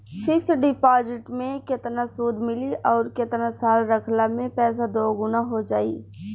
Fix deposit मे केतना सूद मिली आउर केतना साल रखला मे पैसा दोगुना हो जायी?